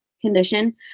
condition